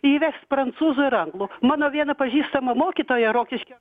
įvest prancūzų ir anglų mano viena pažįstama mokytoja rokiškio